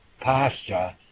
pasture